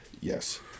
Yes